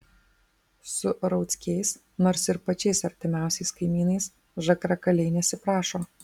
su rauckiais nors ir pačiais artimiausiais kaimynais žagrakaliai nesiprašo